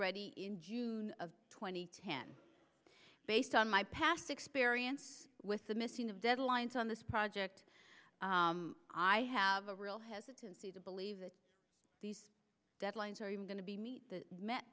ready in june twenty based on my past experience with the missing of deadlines on this project i have a real hesitancy to believe that these deadlines are even going to be meet